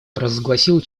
провозгласил